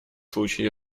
случае